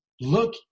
look